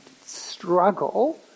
struggle